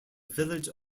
village